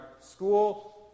school